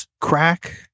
crack